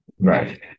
Right